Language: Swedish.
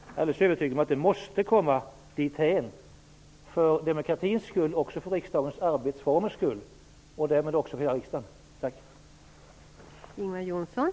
Jag är alldeles övertygad om att det måste komma dithän för demokratins skull, för riksdagens arbetsformers skull och därmed för hela riksdagens skull.